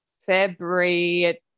February